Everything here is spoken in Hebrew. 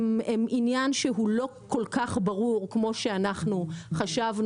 זה עניין שהוא לא כל כך ברור כמו שאנחנו חשבנו,